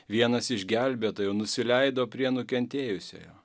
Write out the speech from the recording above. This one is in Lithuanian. vienas iš gelbėtojų nusileido prie nukentėjusiojo